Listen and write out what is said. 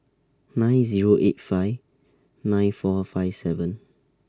nine Zero eight five nine four five seven